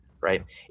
Right